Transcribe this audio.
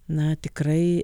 na tikrai